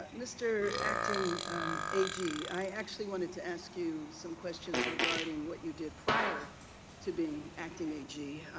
mr. acting ag. i actually wanted to ask you some questions regarding what you did prior to being acting ag.